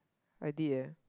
I did eh